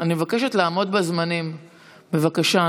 אני מבקשת לעמוד בזמנים, בבקשה.